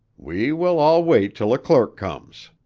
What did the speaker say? we will all wait till a clerk comes.